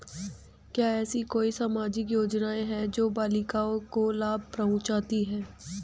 क्या ऐसी कोई सामाजिक योजनाएँ हैं जो बालिकाओं को लाभ पहुँचाती हैं?